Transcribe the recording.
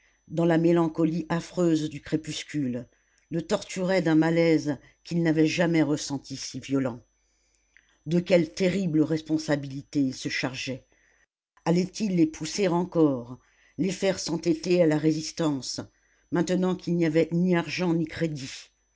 dans la mélancolie affreuse du crépuscule le torturait d'un malaise qu'il n'avait jamais ressenti si violent de quelle terrible responsabilité il se chargeait allait-il les pousser encore les faire s'entêter à la résistance maintenant qu'il n'y avait ni argent ni crédit